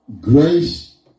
grace